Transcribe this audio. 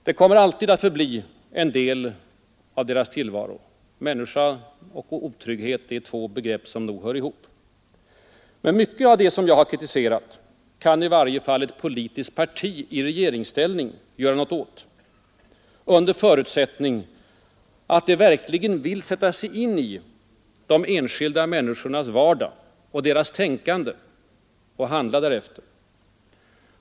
Den kommer alltid att förbli en del av deras tillvaro. Människa och otrygghet är två begrepp som nog hör ihop. Men mycket av det som jag har kritiserat kan i varje fall ett politiskt parti i regeringsställning göra något åt — under förutsättning att det verkligen vill sätta sig in i de enskilda människornas vardag och deras tänkande och handla därefter.